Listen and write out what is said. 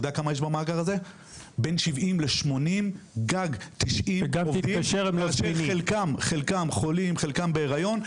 במאגר הזה יש 70-80 עובדים; חלקם חולים וחלקן בהריון.